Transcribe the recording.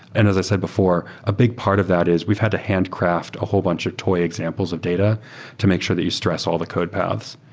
and as i said before, a big part of that is we've had to handcraft a whole bunch of toy examples of data to make sure that you stress all the code paths.